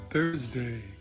Thursday